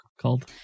called